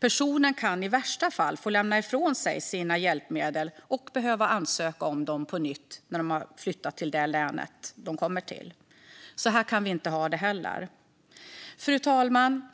Personen kan i värsta fall få lämna ifrån sig sina hjälpmedel och behöva ansöka om dem på nytt när den har flyttat till det nya länet. Så här kan vi inte heller ha det. Fru talman!